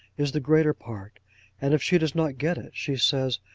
is the greater part and if she does not get it, she says,